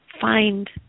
find